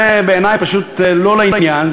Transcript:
וזה בעיני פשוט לא לעניין.